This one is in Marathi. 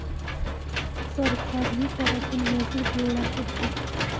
सरकारही करातून महसूल गोळा करते